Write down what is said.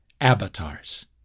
avatars